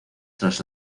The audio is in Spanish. tras